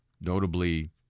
notably